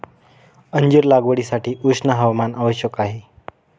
अंजीर लागवडीसाठी उष्ण हवामान आवश्यक आहे